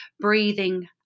breathing